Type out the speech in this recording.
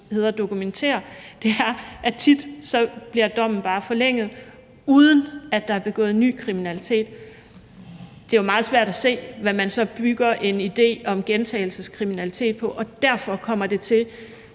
er, at tit bliver dommen bare forlænget, uden at der er begået ny kriminalitet. Det er jo meget svært at se, hvad man så bygger en idé om gentagelseskriminalitet på, og derfor kommer det til